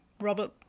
Robert